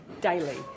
daily